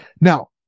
now